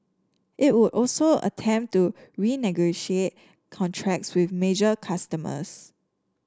it would also attempt to renegotiate contracts with major customers